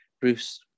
Bruce